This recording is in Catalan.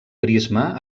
prisma